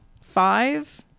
five